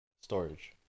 storage